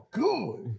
good